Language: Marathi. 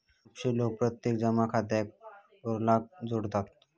खुपशे लोक प्रत्यक्ष जमा खात्याक पेरोलाक जोडतत